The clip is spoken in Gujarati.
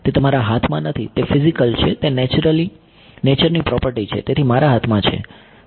તે તમારા હાથમાં નથી તે ફીઝીકલ છે તે નેચરની પ્રોપર્ટી છે તેથી મારા હાથમાં છે